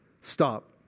Stop